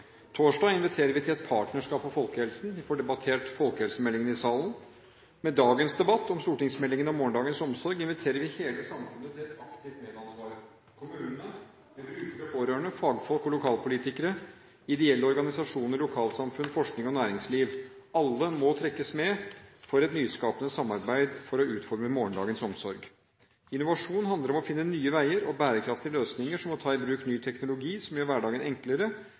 Torsdag inviterer vi til et partnerskap for folkehelsen. Vi får debattert folkehelsemeldingen i salen. Med dagens debatt om stortingsmeldingen Morgendagens omsorg inviterer vi hele samfunnet til et aktivt medansvar. I kommunene må alle – brukere og pårørende, fagfolk og lokalpolitikere, ideelle organisasjoner, lokalsamfunn, forskning og næringsliv – trekkes med i et nyskapende samarbeid for å utforme morgendagens omsorg. Innovasjon handler om å finne nye veier og bærekraftige løsninger, som å ta i bruk ny teknologi som gjør hverdagen enklere.